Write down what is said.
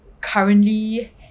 currently